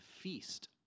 feast